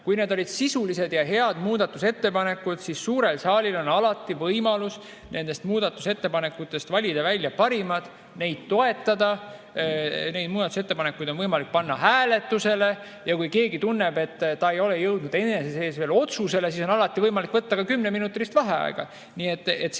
kui need olid sisulised ja head muudatusettepanekud, siis suurel saalil on alati võimalus nendest muudatusettepanekutest valida välja parimad ja neid toetada. Neid muudatusettepanekuid on võimalik panna hääletusele ja kui keegi tunneb, et ta ei ole jõudnud enese sees veel otsusele, siis on alati võimalik võtta ka kümneminutiline vaheaeg.